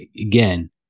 again